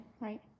right